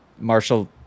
Marshall